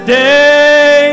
day